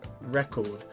record